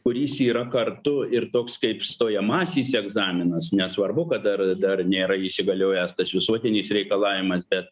kuris yra kartu ir toks kaip stojamasis egzaminas nesvarbu kad dar dar nėra įsigaliojęs tas visuotinis reikalavimas bet